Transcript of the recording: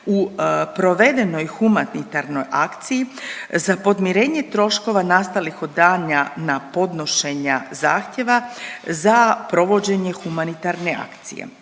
u provedenoj humanitarnoj akciji za podmirenje troškova nastalih od dana podnošenja zahtjeva za provođenje humanitarne akcije.